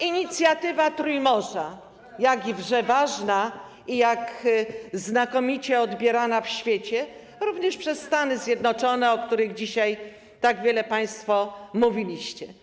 Inicjatywa Trójmorza - jakże ważna i jak znakomicie odbierana w świecie, również przez Stany Zjednoczone, o których dzisiaj tak wiele państwo mówiliście.